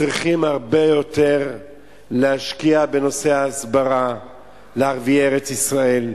צריכים להשקיע הרבה יותר בנושאי הסברה לערביי ארץ-ישראל,